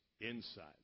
insight